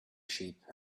sheep